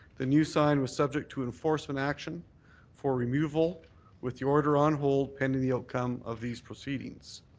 the new sign was subject to enforcement action for removal with the order on hold pending the outcome of these proceedings.